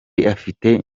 afite